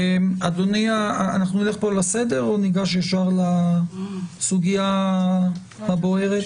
ניגש לסדר או לסוגיה הבוערת?